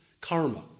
karma